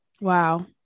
Wow